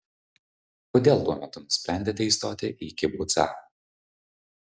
kodėl tuo metu nusprendėte įstoti į kibucą